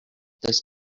this